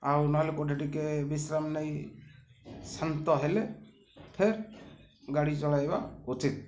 ଆଉ ନହେଲେ କେଉଁଠି ଟିକେ ବିଶ୍ରାମ ନେଇ ଶାନ୍ତ ହେଲେ ଫେର୍ ଗାଡ଼ି ଚଳାଇବା ଉଚିତ୍